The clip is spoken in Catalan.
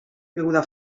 beguda